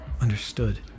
understood